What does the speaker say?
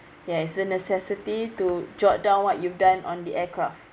ya it's a necessity to jot down what you've done on the aircraft